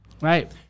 Right